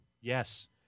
Yes